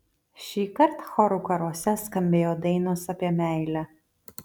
šįkart chorų karuose skambėjo dainos apie meilę